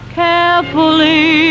carefully